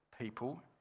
people